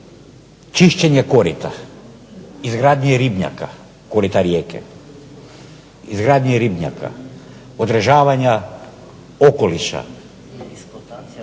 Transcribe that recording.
čišćenje korita, izgradnje ribnjaka korita rijeke, izgradnje ribnjaka, održavanja okoliš.